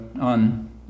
on